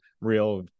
Real